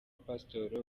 pasiteri